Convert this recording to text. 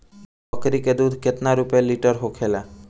बकड़ी के दूध केतना रुपया लीटर होखेला?